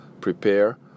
prepare